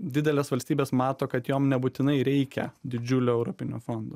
didelės valstybės mato kad jom nebūtinai reikia didžiulio europinio fondo